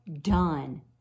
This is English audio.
done